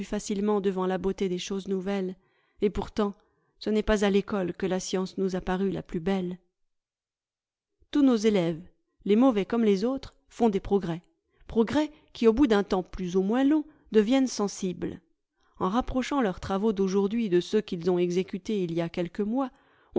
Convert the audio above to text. facilement devant la beauté des choses nouvelles et pourtant ce n'est pas à l'école que la science nous a paru la plus belle tous nos élèves les mauvais comme les autres font des progrès progrès qui au bout d'un temps plus ou moins long deviennent sensibles en rapprochant leurs travaux d'aujourd'hui de ceux qu'ils ont exécutés il y a quelques mois